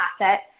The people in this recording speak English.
asset